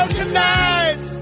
tonight